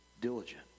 diligent